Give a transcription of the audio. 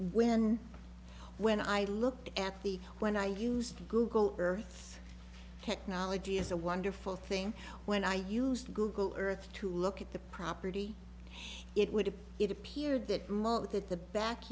when when i looked at the when i used google earth technology is a wonderful thing when i used google earth to look at the property it would if it appeared that remote that the back